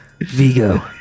Vigo